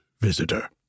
visitor